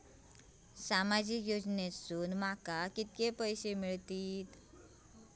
सामाजिक योजनेसून माका किती पैशे मिळतीत?